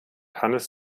hannes